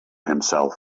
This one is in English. himself